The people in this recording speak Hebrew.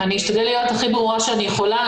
אני אשתדל להיות הכי ברורה שאני יכולה.